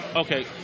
Okay